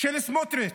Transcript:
של סמוטריץ'